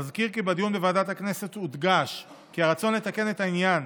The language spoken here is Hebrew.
אזכיר כי בדיון בוועדת הכנסת הודגש כי הרצון לתקן את העניין